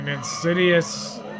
Insidious